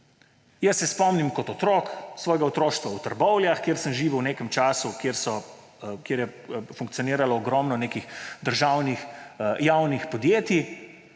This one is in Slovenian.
kolaps. Spomnim se kot otrok svojega otroštva v Trbovljah, kjer sem živel v nekem času, kjer je funkcioniralo ogromno nekih državnih javnih podjetij,